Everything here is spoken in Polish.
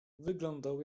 wyglądał